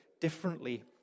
differently